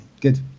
good